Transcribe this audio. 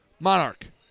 Monarch